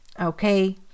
okay